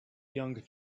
young